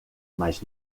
mais